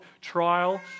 trial